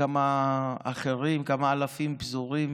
כמה אחרים, כמה אלפים, פזורים